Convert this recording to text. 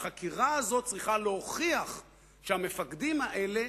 החקירה הזאת צריכה להוכיח שהמפקדים האלה,